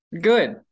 Good